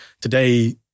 Today